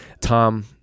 Tom